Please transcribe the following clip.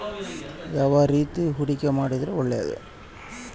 ಯಾವ ರೇತಿ ಹೂಡಿಕೆ ಮಾಡಿದ್ರೆ ಒಳ್ಳೆಯದು?